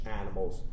animals